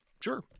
Sure